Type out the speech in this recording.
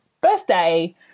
birthday